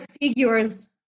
figures